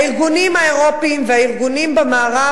הארגונים האירופיים והארגונים במערב